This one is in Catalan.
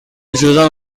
ajuda